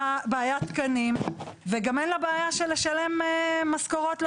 בעיית תקנים וגם אין לה בעיה של לשלם משכורות לעובדים.